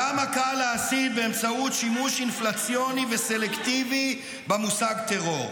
כמה קל להסית באמצעות שימוש אינפלציוני וסלקטיבי במושג "טרור.